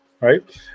right